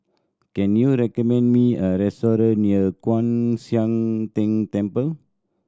can you recommend me a restaurant near Kwan Siang Tng Temple